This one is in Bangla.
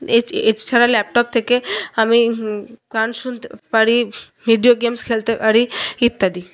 এছ এছাড়া ল্যাপটপ থেকে আমি গান শুনতে পারি ভিডিও গেমস খেলতে পারি ইত্যাদি